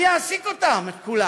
מי יעסיק אותם, את כולם?